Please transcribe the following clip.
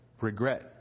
regret